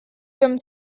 comme